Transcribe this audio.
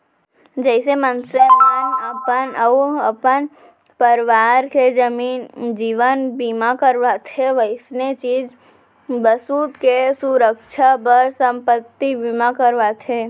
जइसे मनसे मन अपन अउ अपन परवार के जीवन बीमा करवाथें वइसने चीज बसूत के सुरक्छा बर संपत्ति बीमा करवाथें